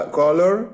color